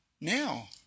now